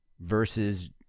versus